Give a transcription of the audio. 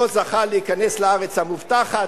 לא זכה להיכנס לארץ המובטחת,